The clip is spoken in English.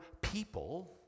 people